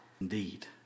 indeed